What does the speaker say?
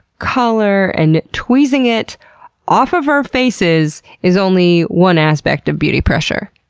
color, and tweezing it off of our faces, is only one aspect of beauty pressure.